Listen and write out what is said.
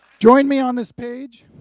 join me on this page.